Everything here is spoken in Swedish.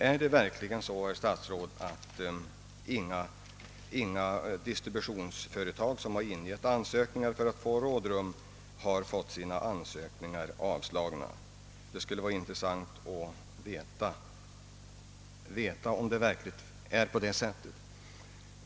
Är det verkligen så, herr statsråd, att inga distributionsföretag som har ingett ansökningar för att få rådrum har fått sina ansökningar avslagna? Det skulle vara intressant att veta om det verkligen förhåller sig på det sättet.